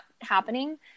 happening